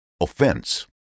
offense